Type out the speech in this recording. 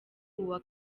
uwa